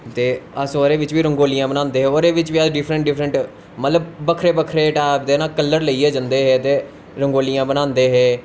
अस ओह्दे बिच्च बी रगोलियां बनांदे हे ओह्दे बिच्च बी अस डिफ्रैंट डिफ्रैंट मतलव बक्खरे बक्खरे टाईप दे ना कल्लर लेईयै जंदे हे ते रंगोलियां बनांदे हे